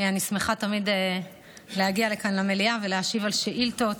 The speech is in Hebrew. אני שמחה תמיד להגיע לכאן למליאה ולהשיב על שאילתות,